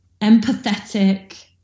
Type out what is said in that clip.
empathetic